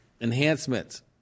enhancements